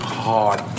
hard